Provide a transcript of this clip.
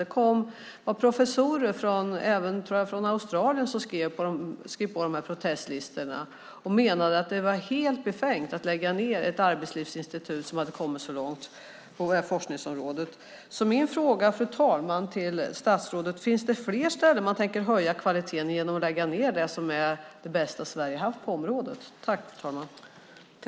Det var professorer till och med i Australien som skrev på protestlistorna och menade att det var helt befängt att lägga ned ett arbetslivsinstitut som hade kommit så långt på forskningsområdet. Min fråga till statsrådet, fru talman, är: Tänker man höja kvaliteten på fler ställen genom att lägga ned sådant som är det bästa Sverige har på området?